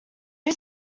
you